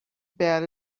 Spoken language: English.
bad